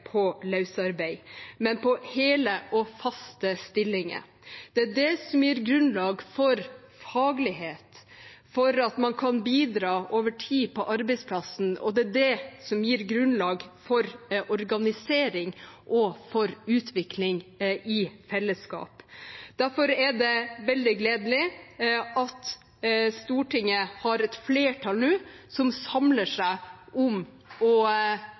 på løsarbeid, men på hele og faste stillinger. Det er det som gir grunnlag for faglighet, for at man kan bidra over tid på arbeidsplassen, og det er det som gir grunnlag for organisering og for utvikling i fellesskap. Derfor er det veldig gledelig at Stortinget har et flertall nå som samler seg om å